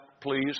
please